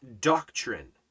doctrine